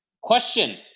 Question